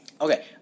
Okay